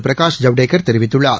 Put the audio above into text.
பிரகாஷ் ஜவ்டேகர் தெரிவித்துள்ளார்